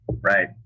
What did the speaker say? Right